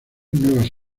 nuevas